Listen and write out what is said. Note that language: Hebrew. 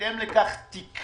ובהתאם לכך תיקנו.